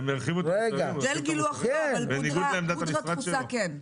אבל פודרה דחוסה כן.